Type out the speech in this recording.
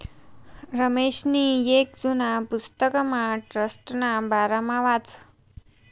रमेशनी येक जुना पुस्तकमा ट्रस्टना बारामा वाचं